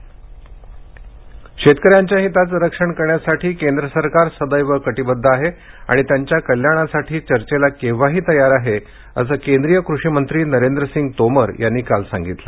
शेतकरीकेंद्र सरकार शेतकऱ्यांच्या हिताचं रक्षण करण्यासाठी केंद्र सरकार सदैव कटिबद्ध आहे आणि त्यांच्या कल्याणासाठी चर्चेला केव्हाही तयार आहे असं केंद्रिय कृषीमंत्री नरेंद्रसिंग तोमर यांनी काल सांगितलं